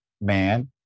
man